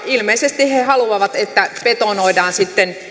ilmeisesti he he haluavat että betonoidaan sitten